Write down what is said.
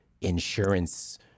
insurance